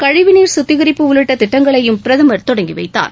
கழிவுநீர் கத்திகரிப்பு உள்ளிட்ட திட்டங்களையும் பிரதமர் தொடங்கி வைத்தார்